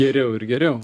geriau ir geriau